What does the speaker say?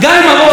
גיא מרוז,